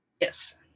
Yes